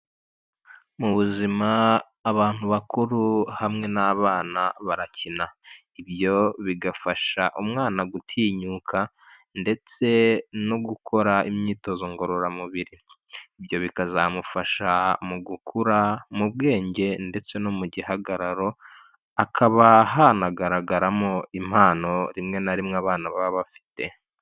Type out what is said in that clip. Mu buzima, abantu bakuru hamwe n'abana barakina. Ibyo bigafasha umwana gutinyuka, ndetse no gukora imyitozo ngororamubiri. Ibyo bikazamufasha mu gukura, mu bwenge, ndetse no mu gihagararo, hakaba hanagaragaramo impano rimwe na rimwe abana baba bafite.